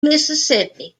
mississippi